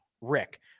Rick